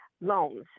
loans